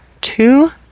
two